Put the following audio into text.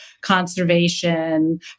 conservation